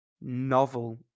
novel